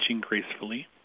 gracefully